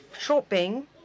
shopping